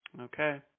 Okay